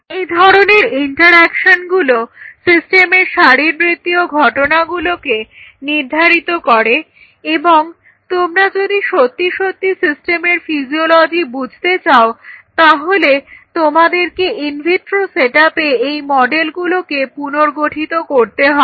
এই ধরনের ইন্টারঅ্যাকশনগুলো সিস্টেমের শারীরবৃত্তীয় ঘটনাগুলোকে নির্ধারিত করে এবং তোমরা যদি সত্যি সত্যি সিস্টেমের ফিজিওলজি বুঝতে চাও তাহলে তোমাদেরকে ইনভিট্রো সেটআপে এই মডেলগুলোকে পুনর্গঠিত করতে হবে